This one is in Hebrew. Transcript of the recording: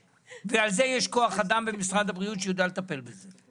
ועל זה יש כוח אדם במשרד הבריאות שיודע לטפל בזה.